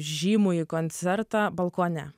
žymųjį koncertą balkone